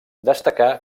destacà